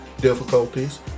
difficulties